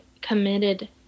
committed